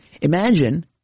Imagine –